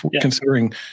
considering